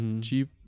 Cheap